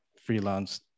freelance